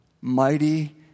mighty